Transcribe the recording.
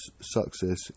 success